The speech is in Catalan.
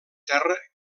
terra